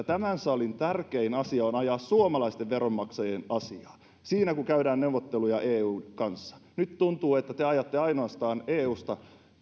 tämän salin tärkein asia on ajaa suomalaisten veronmaksajien asiaa siinä kun käydään neuvotteluja eun kanssa nyt tuntuu että te ajatte ainoastaan vähintään eusta